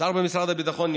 במשרד הביטחון.